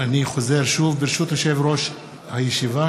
אני חוזר שוב: ברשות יושב-ראש הישיבה,